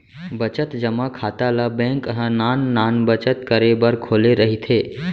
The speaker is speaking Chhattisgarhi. बचत जमा खाता ल बेंक ह नान नान बचत करे बर खोले रहिथे